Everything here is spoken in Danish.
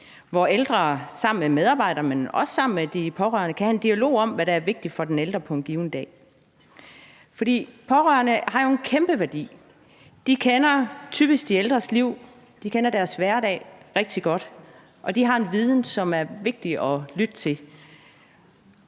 den ældre sammen med medarbejderne og også sammen med de pårørende kan have en dialog om, hvad der er vigtigt for den ældre på en given dag. For pårørende har jo en kæmpe værdi. De kender typisk de ældres liv og deres hverdag rigtig godt, og de har en viden, som er vigtig at lytte til.